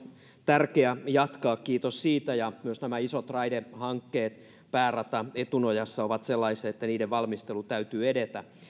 tärkeä jatkaa kiitos siitä ja myös nämä isot raidehankkeet päärata etunojassa ovat sellaisia että niiden valmistelun täytyy edetä